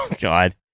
god